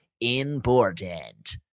important